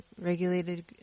regulated